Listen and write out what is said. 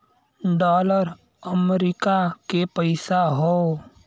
dollar अमरीका के पइसा हौ